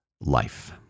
life